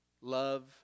Love